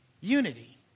unity